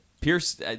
Pierce